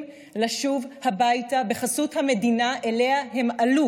לשוב הביתה בחסות המדינה שאליה הם עלו